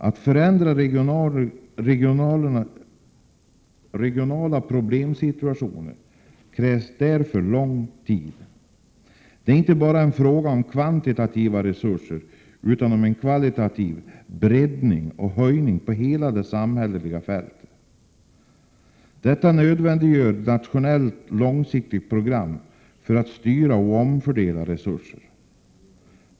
Att förändra regionala problemsituationer kräver därför lång tid. Det är inte bara fråga om kvantitativa resurser utan om en kvalitativ breddning och höjning på hela det samhälleliga fältet. Detta nödvändiggör nationella långsiktiga program för att styra och omfördela resurser.